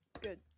Good